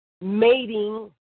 mating